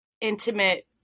intimate